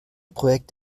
projekt